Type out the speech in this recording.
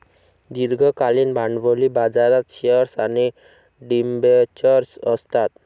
दीर्घकालीन भांडवली बाजारात शेअर्स आणि डिबेंचर्स असतात